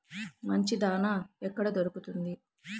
మంచి దాణా ఎక్కడ దొరుకుతుంది?